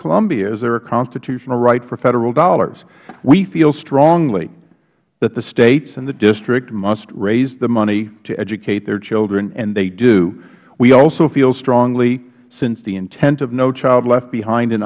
columbia is there a constitutional right for federal dollars we feel strongly that the states and the district must raise the money to educate their children and they do we also feel strongly since the intent of no child left